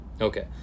Okay